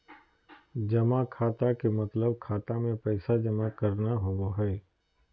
जमा खाता के मतलब खाता मे पैसा जमा करना होवो हय